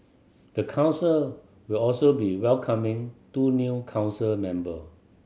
the council will also be welcoming two new council member